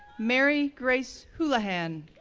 mary grace houlihan,